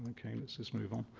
okay. let's just move on.